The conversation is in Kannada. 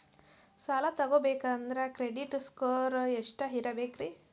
ಸಾಲ ತಗೋಬೇಕಂದ್ರ ಕ್ರೆಡಿಟ್ ಸ್ಕೋರ್ ಎಷ್ಟ ಇರಬೇಕ್ರಿ?